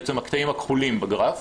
בעצם הקטעים הכחולים בגרף.